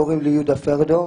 קוראים לי יהודה פרדו,